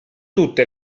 tutte